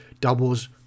doubles